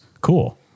Cool